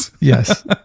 Yes